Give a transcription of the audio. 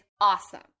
awesome